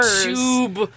tube